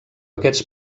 aquests